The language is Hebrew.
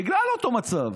בגלל אותו מצב.